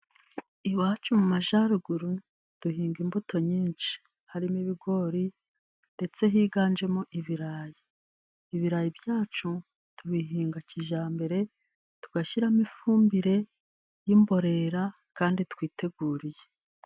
Iwacu mu majaruguru duhinga imbuto nyinshi. Harimo ibigori, ndetse higanjemo ibirayi. Ibirayi byacu tubihinga kijambere tugashyiramo ifumbire y'imborera kandi twiteguriye.